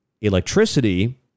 electricity